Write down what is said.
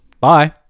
bye